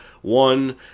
one